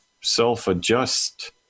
self-adjust